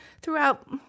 throughout